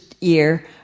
year